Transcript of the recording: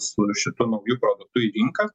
su šitu nauju produktu į rinką